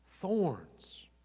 Thorns